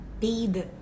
paid